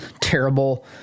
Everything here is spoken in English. terrible